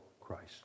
Christ